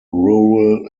rural